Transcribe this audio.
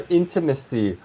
intimacy